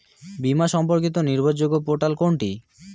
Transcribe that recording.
বীমা সম্পর্কিত নির্ভরযোগ্য পোর্টাল কোনটি?